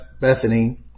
Bethany